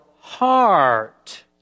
heart